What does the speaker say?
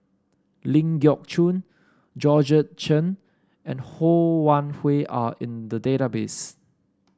Ling Geok Choon Georgette Chen and Ho Wan Hui are in the database